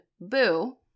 Boo